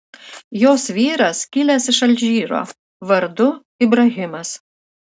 jos vyras kilęs iš alžyro vardu ibrahimas